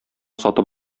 сатып